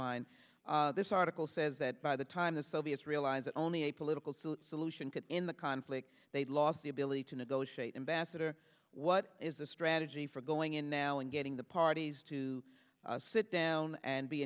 mind this article says that by the time the soviets realize that only a political solution could in the conflict they lost the ability to negotiate ambassador what is the strategy for going in now and getting the parties to sit down and be